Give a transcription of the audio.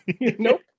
nope